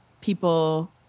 people